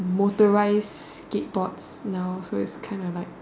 motorized skateboards now so it's kind of like